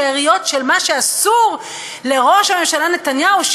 השאריות של מה שאסור לראש הממשלה נתניהו,